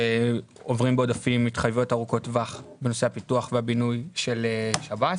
שעוברים בעודפים מהתחייבויות ארוכות טווח בנושא הפיתוח והבינוי של שב"ס